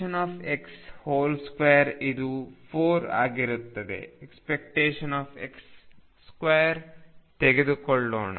⟨x2⟩ ತೆಗೆದುಕೊಳ್ಳೋಣ